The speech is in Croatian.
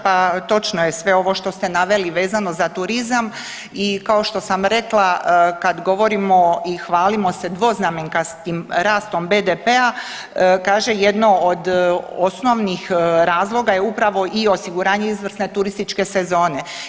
Pa točno je sve ovo što ste naveli vezano za turizam i kao što sam rekla kad govorimo i hvalimo se dvoznamenkastim rastom BDP-a kaže jedno od osnovnih razloga je upravo i osiguranje izvrsne turističke sezone.